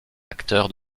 acteur